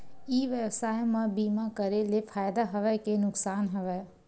ई व्यवसाय म बीमा करे ले फ़ायदा हवय के नुकसान हवय?